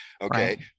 okay